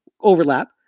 overlap